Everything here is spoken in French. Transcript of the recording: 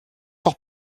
fort